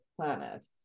Planet